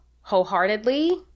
wholeheartedly